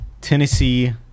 Tennessee